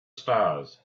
stars